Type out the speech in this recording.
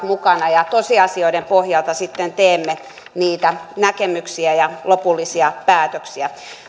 mukana ja tosiasioiden pohjalta sitten esitämme niitä näkemyksiä ja teemme lopullisia päätöksiä